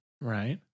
Right